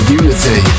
unity